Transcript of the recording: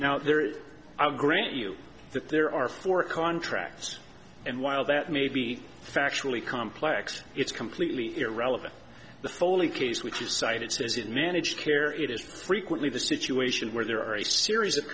now there is i'll grant you that there are four contracts and while that may be factually complex it's completely irrelevant the foley case which is cited says in managed care it is frequently the situation where there are a series of